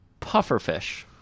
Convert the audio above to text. Pufferfish